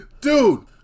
Dude